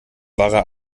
wahrer